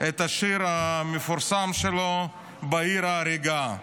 את השיר המפורסם שלו "בעיר ההרגה".